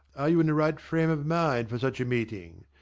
are you in the right frame of mind for such a meeting!